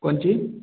कोन चीज